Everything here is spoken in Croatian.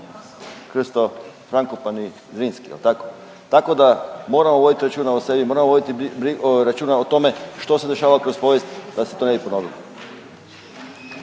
Krsto Frankopan i Zrinski, jel tako. Tako da moramo voditi računa o sebi, moramo voditi računa o tome što se dešavalo kroz povijest da se to ne bi ponovilo.